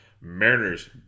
Mariners